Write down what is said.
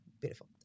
Beautiful